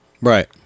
Right